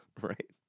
Right